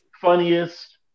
funniest